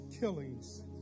killings